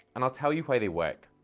and i'll tell you why they work.